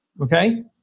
Okay